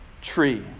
tree